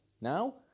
Now